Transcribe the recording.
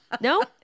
No